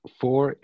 four